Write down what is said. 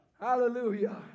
Hallelujah